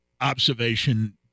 observation